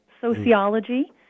sociology